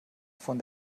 von